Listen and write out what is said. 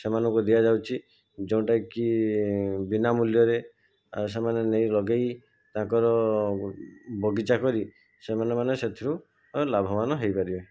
ସେମାନଙ୍କୁ ଦିଆଯାଉଚି ଯୋଉଟା କି ବିନା ମୂଲ୍ୟରେ ସେମାନେ ନେଇ ଲଗେଇ ତାଙ୍କର ବଗିଚା କରି ସେମାନେ ମାନେ ସେଥିରୁ ଲାଭବାନ ହେଇପାରିବେ